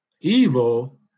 Evil